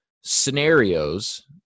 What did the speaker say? scenarios